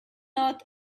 earth